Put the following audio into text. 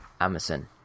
Amazon